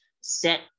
set